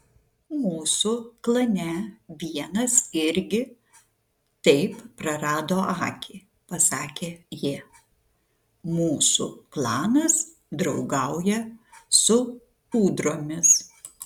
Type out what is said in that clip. mūsų klane vienas irgi taip prarado akį pasakė ji mūsų klanas draugauja su ūdromis